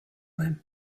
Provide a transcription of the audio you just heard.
him